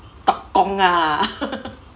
tok kong ah